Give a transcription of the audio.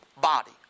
body